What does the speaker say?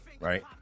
right